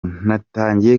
natangiye